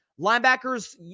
Linebackers